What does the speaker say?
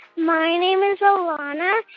my name is olana.